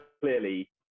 clearly